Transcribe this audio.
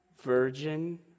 Virgin